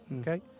okay